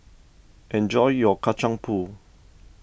enjoy your Kacang Pool